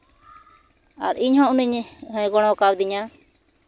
ᱟᱨ ᱤᱧᱹ ᱦᱚᱸ ᱩᱱᱤ ᱜᱚᱲᱚ ᱠᱟᱣᱫᱤᱧᱟ